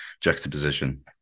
juxtaposition